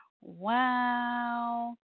Wow